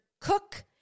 cook